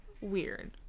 weird